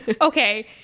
Okay